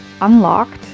unlocked